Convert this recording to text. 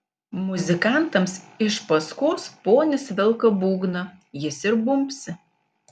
muzikantams iš paskos ponis velka būgną jis ir bumbsi